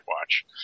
Watch